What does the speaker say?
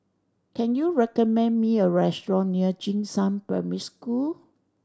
can you recommend me a restaurant near Jing Shan Primary School